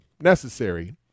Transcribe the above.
necessary